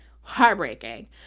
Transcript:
heartbreaking